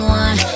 one